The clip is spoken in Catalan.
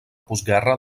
postguerra